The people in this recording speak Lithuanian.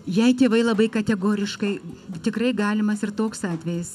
jei tėvai labai kategoriškai tikrai galimas ir toks atvejis